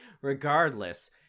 regardless